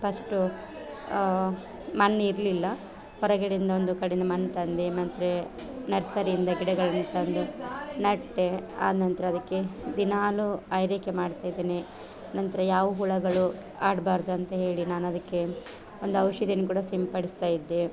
first ಮಣ್ಣಿರ್ಲಿಲ್ಲ ಹೊರಗಡೆಯಿಂದ ಒಂದು ಕಡೆಯಿಂದ ಮಣ್ಣು ತಂದೆ ಮತ್ತೆ ನರ್ಸರಿಯಿಂದ ಗಿಡಗಳನ್ನು ತಂದು ನೆಟ್ಟೆ ಆ ನಂತರ ಅದಕ್ಕೆ ದಿನಾಲು ಆರೈಕೆ ಮಾಡ್ತಿದಿನಿ ನಂತರ ಯಾವ ಹುಳುಗಳು ಆಡಬಾರ್ದು ಅಂತ ಹೇಳಿ ನಾನು ಅದಕ್ಕೆ ಒಂದು ಔಷಧಿಯನ್ನು ಕೂಡ ಸಿಂಪಡಿಸ್ತಾ ಇದ್ದೆ